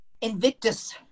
Invictus